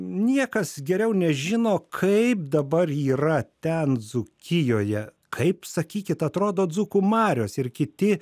niekas geriau nežino kaip dabar yra ten dzūkijoje kaip sakykit atrodo dzūkų marios ir kiti